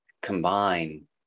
combine